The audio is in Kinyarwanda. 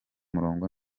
murongo